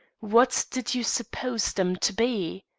what did you suppose them to be?